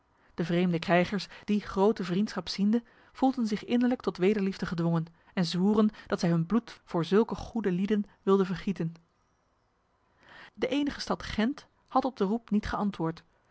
de vreemde krijgers die grote vriendschap ziende voelden zich innerlijk tot wederliefde gedwongen en zwoeren dat zij hun bloed voor zulke goede lieden wilden vergieten de enige stad gent had op de roep niet geantwoord